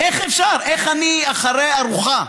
איך אפשר, איך אני אחרי ארוחה,